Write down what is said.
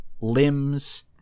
limbs